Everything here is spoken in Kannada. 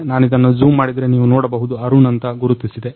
ನಾನಿದನ್ನ ಜೂಮ್ ಮಾಡಿದ್ರೆ ನೀವು ನೋಡಬಹುದು ಅರುಣ್ ಅಂತ ಗುರುತಿಸಿದೆ